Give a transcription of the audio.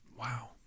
Wow